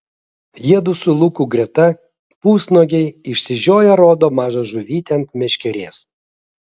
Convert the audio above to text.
jiedu su luku greta pusnuogiai išsižioję rodo mažą žuvytę ant meškerės